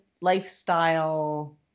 lifestyle